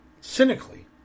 cynically